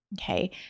Okay